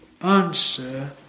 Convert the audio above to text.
answer